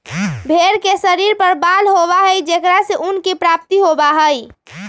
भेंड़ के शरीर पर बाल होबा हई जेकरा से ऊन के प्राप्ति होबा हई